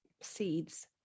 seeds